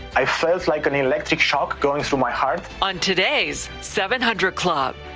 i felt like an electric shock going through my heart. on today's seven hundred club.